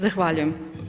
Zahvaljujem.